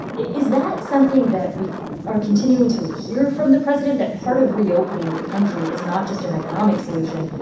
is that something that we are continuing to hear from the president, that part of reopening the country is not just an economic solution,